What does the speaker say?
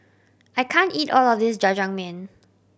I can't eat all of this Jajangmyeon